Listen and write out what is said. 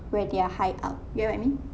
where they are high up you get what I mean